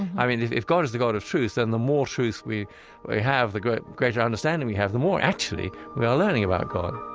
i mean, if if god is the god of truth, then and the more truth we we have, the greater greater understanding we have, the more, actually, we are learning about god